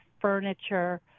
furniture